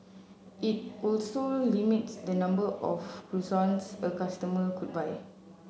it also limits the number of croissants a customer could buy